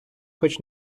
хоч